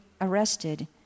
arrested